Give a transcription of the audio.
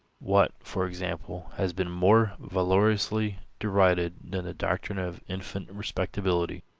what, for example, has been more valorously derided than the doctrine of infant respectability?